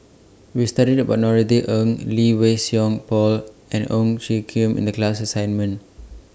We studied about Norothy Ng Lee Wei Song Paul and Ong Tjoe Kim in The class assignment